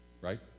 right